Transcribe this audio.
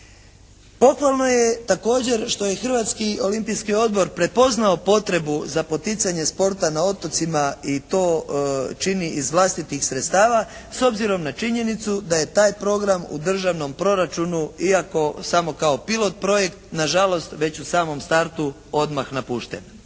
Pohvalno je također što je Hrvatski olimpijski odbor prepoznao potrebu za poticanje sporta na otocima i to čini iz vlastitih sredstava s obzirom na činjenicu da je taj program u državnom proračunu, iako samo kao pilot projekt na žalost već u samom startu odmah napušten.